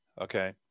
Okay